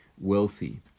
wealthy